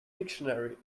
dictionary